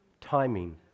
Timing